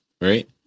right